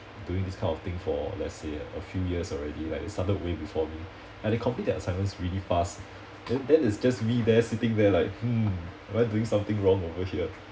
doing this kind of thing for let's say a few years already like they started way before me and they complete the assignments really fast then then it's just me there sitting there like hmm am I doing something wrong over here